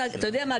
אתה יודע מה?